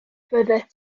fyddet